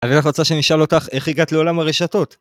אני רק רוצה שנשאל אותך איך הגעת לעולם הרשתות